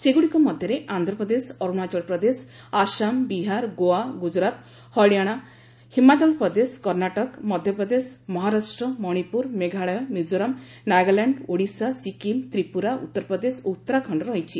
ସେଗୁଡ଼ିକ ମଧ୍ୟରେ ଆନ୍ଧ୍ରପ୍ରଦେଶଅରୁଣାଚଳ ପ୍ରଦେଶ ଆସାମ ବିହାର ଗୋଆ ଗୁଜରାତ ହରିଆଣା ହିମାଚଳପ୍ରଦେଶ କର୍ଣ୍ଣାଟକ ମଧ୍ୟପ୍ରଦେଶ ମହାରାଷ୍ଟ୍ର ମଣିପୁର ମେଘାଳୟ ମିଜୋରାମ ନାଗାଲାଣ୍ଡ ଓଡ଼ିଶା ସିକିମ୍ ତ୍ରିପୁରା ଉତ୍ତରପ୍ରଦେଶ ଓ ଉତ୍ତରାଖଣ୍ଡ ରହିଛି